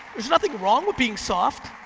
there's nothing wrong with being soft,